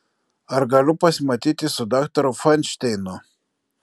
ar galiu pasimatyti su daktaru fainšteinu